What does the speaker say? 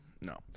no